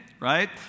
Right